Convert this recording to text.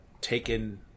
taken